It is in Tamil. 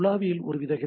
உலாவியில் ஒருவித ஹெச்